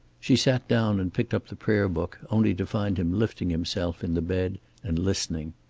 she sat down and picked up the prayer-book, only to find him lifting himself in the bed and listening.